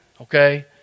okay